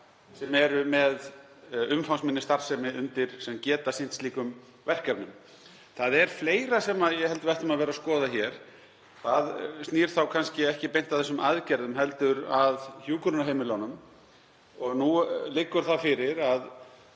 sem eru með umfangsminni starfsemi sem geta sinnt slíkum verkefnum. Það er fleira sem ég held að við ættum að skoða hér. Það snýr kannski ekki beint að þessum aðgerðum heldur að hjúkrunarheimilunum. Nú liggur það fyrir að